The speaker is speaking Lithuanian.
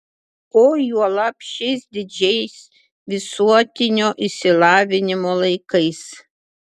o juolab šiais didžiais visuotinio išsilavinimo laikais